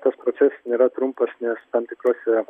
tas procesas nėra trumpas nes tam tikruose